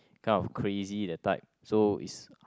kind of crazy that type so is